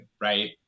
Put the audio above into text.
right